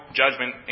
judgment